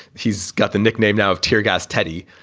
he's got the nickname now of tear gas, teddy.